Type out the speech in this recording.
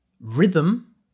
rhythm